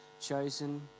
chosen